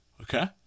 Okay